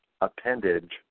appendage